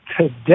today